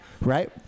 right